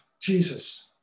Jesus